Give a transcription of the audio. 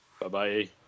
Bye-bye